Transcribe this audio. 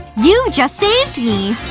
you just saved me!